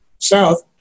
south